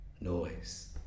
noise